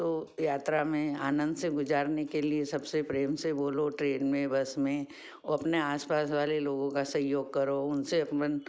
तो यात्रा में आनंद से गुजारने के लिए सबसे प्रेम से बोलो ट्रेन में बस में और अपने आस पास वाले लोगों का सहयोग करो उनसे अनबन